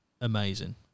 Amazing